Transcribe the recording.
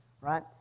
right